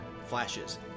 Flashes